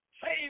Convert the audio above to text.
Save